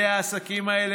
הממשלה,